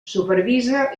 supervisa